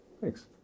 Thanks